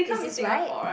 is this right